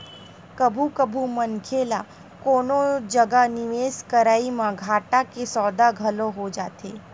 कभू कभू मनखे ल कोनो जगा निवेस करई म घाटा के सौदा घलो हो जाथे